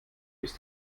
ist